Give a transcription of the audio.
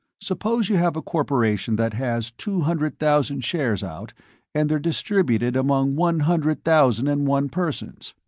suppose you have a corporation that has two hundred thousand shares out and they're distributed among one hundred thousand and one persons.